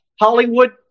Hollywood